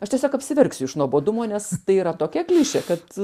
aš tiesiog apsiverksiu iš nuobodumo nes tai yra tokia klišė kad